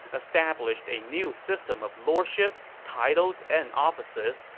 established a new system of lordships, titles, and offices,